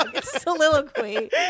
Soliloquy